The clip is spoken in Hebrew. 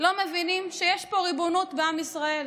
לא מבינים שיש פה ריבונות בעם ישראל.